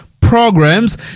programs